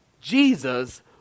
Jesus